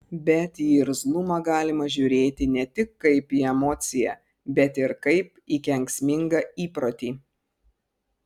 bet į irzlumą galima žiūrėti ne tik kaip į emociją bet ir kaip į kenksmingą įprotį